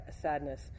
sadness